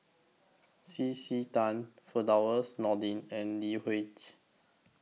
C C Tan Firdaus Nordin and Lee